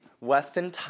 Weston